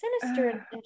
sinister